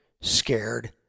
scared